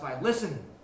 Listen